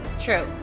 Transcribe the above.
True